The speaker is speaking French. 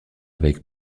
avec